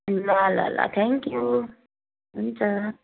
ल ल ल थ्याङ्क्यु हुन्छ